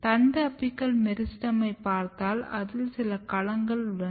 தண்டு அபிக்கல் மெரிஸ்டெமைப் பார்த்தால் அதில் சில களங்கள் உள்ளன